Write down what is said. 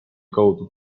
kaudu